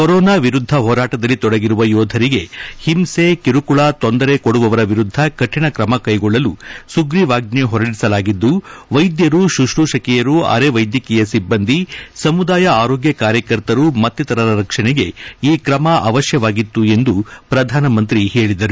corona ವಿರುದ್ದ ಹೋರಾಟದಲ್ಲಿ ತೊಡಗಿರುವ ಯೋಧರಿಗೆ ಒಂಸೆ ಕಿರುಕುಳ ತೊಂದರೆ ಕೊಡುವವರ ವಿರುದ್ದ ಕಾಣ ತ್ರಮ ಕೈಗೊಳ್ಳಲು ಸುಗ್ರೀವಾಜ್ಞೆ ಹೊರಡಿಸಲಾಗಿದ್ದು ವೈದ್ಯರು ಶುಪ್ರುಷಕಿಯರು ಆರೆ ವೈದ್ಯಕೀಯ ಸಿಬ್ಬಂದಿ ಸಮುದಾಯ ಆರೋಗ್ತ ಕಾರ್ಯಕರ್ತರು ಮತ್ತಿತರರ ರಕ್ಷಣೆಗೆ ಈ ಕ್ರಮ ಅಮ್ಯವಾಗಿತ್ತು ಎಂದು ಪ್ರಧಾನಮಂತ್ರಿ ಪೇಳಿದ್ದಾರೆ